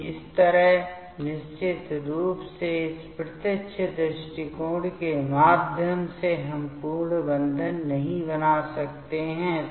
तो इस तरह निश्चित रूप से इस प्रत्यक्ष दृष्टिकोण के माध्यम से हम पूर्ण बंधन नहीं बना सकते हैं